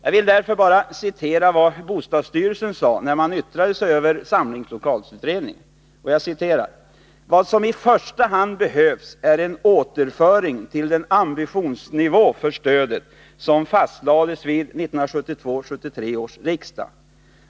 Jag vill bara citera vad bostadsstyrelsen sade när man yttrade sig över samlingslokalsutredningen: ”Vad som i första hand behövs är en återföring till den ambitionsnivå för stödet som fastlades vid 1972/73 års riksdag.